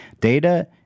data